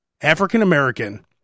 African-American